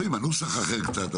לפעמים הנוסח אחר קצת,